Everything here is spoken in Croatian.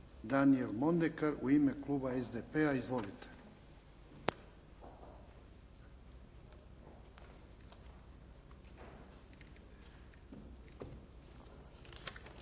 Danijel Mondekar u ime Kluba SDP-a. Izvolite.